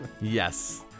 yes